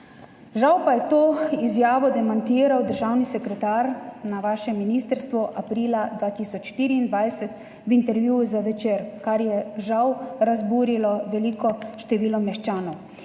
Žal pa je to izjavo demantiral državni sekretar na vašem ministrstvu aprila 2024 v intervjuju za Večer, kar je žal razburilo veliko število meščanov.